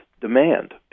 demand